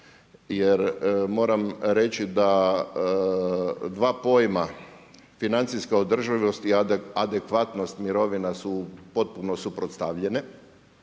jer moram reći da dva pojama financijska održivost i adekvatnost mirovina su potpuno suprotstavljene.